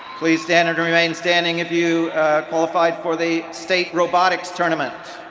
please stand and remain standing if you qualified for the state robotics tournament.